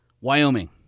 Wyoming